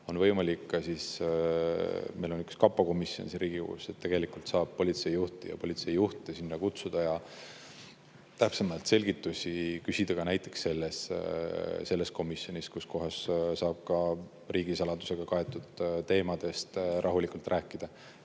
on võimalik ka … Meil on üks kapo komisjon siin Riigikogus. Tegelikult saab politseijuhte sinna kutsuda ja täpsemaid selgitusi küsida ka näiteks selles komisjonis, kus saab ka riigisaladusega kaetud teemadest rahulikult rääkida.